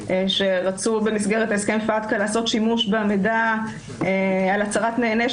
כשרצו במסגרת הסכם פטקא לעשות שימוש במידע על הצהרת נהנה,